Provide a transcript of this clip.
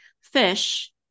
fish